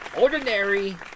ordinary